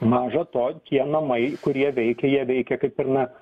maža to tie namai kurie veikia jie veikia kaip ir na